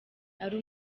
ari